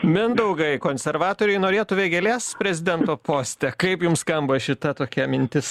mindaugai konservatoriai norėtų vėgėlės prezidento poste kaip jums skamba šita tokia mintis